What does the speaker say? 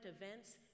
events